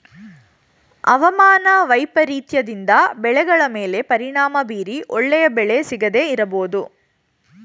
ಅವಮಾನ ವೈಪರೀತ್ಯದಿಂದ ಬೆಳೆಗಳ ಮೇಲೆ ಪರಿಣಾಮ ಬೀರಿ ಒಳ್ಳೆಯ ಬೆಲೆ ಸಿಗದೇ ಇರಬೋದು